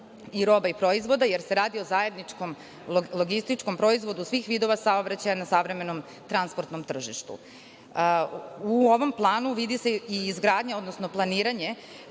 i roba i proizvoda, jer se radi o zajedničkom logističkom proizvodu svih vidova saobraćaja na savremenom transportnom tržištu.U ovom planu vidi se i izgradnja, odnosno planiranje